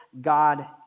God